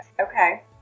Okay